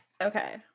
Okay